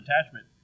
attachment